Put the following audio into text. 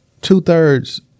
Two-thirds